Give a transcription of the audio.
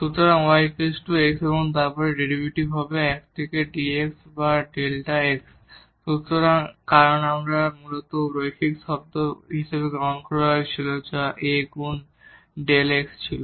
সুতরাং y x এবং তারপর ডেরিভেটিভ হবে 1 থেকে dx বা Δ x সুতরাং কারণ এটি মূলত রৈখিক শব্দ হিসাবে গ্রহণ করা হয়েছিল যা A গুণ Δ x ছিল